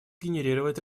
генерировать